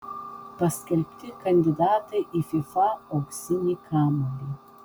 paskelbti kandidatai į fifa auksinį kamuolį